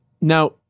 Now